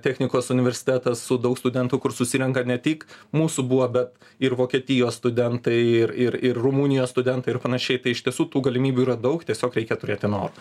technikos universitetas su daug studentų kur susirenka ne tik mūsų buvo bet ir vokietijos studentai ir ir ir rumunijos studentai ir panašiai tai iš tiesų tų galimybių yra daug tiesiog reikia turėti noro